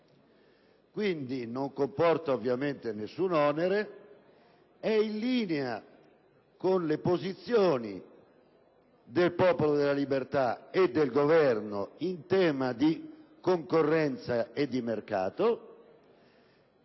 Quindi, non comporta alcun onere ed ein linea con le posizioni del Popolo della Liberta e del Governo in tema di concorrenza e mercato.